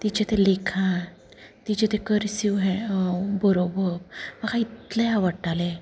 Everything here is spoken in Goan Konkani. तिचें तें लिखाण तिचें तें कर्सिव बरोवप म्हाका इतलें आवडटालें